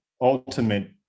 ultimate